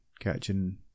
catching